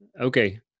okay